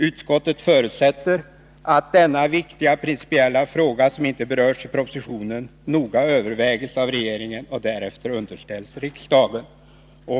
Utskottet förutsätter att denna viktiga principiella fråga, som inte berörs i propositionen, noga övervägs av regeringen och därefter underställs riksdagen.